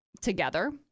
together